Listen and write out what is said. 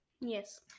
yes